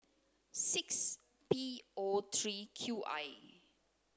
six P O three Q I